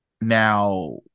Now